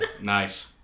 Nice